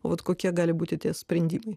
vat kokie gali būti tie sprendimai